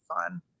fun